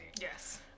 Yes